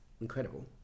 incredible